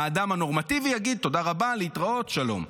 האדם הנורמטיבי יגיד: תודה רבה, להתראות, שלום.